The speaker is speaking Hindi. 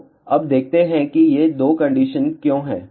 तो अब देखते हैं कि ये 2 कंडीशन क्यों हैं